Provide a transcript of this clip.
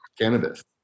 cannabis